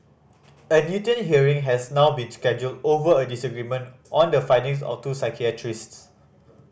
a Newton hearing has now been scheduled over a disagreement on the findings of two psychiatrists